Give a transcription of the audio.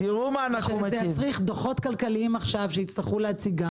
ושזה יצריך דוחות כלכליים עכשיו שיצטרכו להציגם.